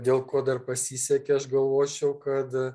dėl ko dar pasisekė aš galvočiau kad